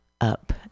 up